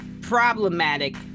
problematic